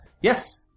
yes